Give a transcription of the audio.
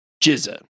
Jizza